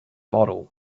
bottle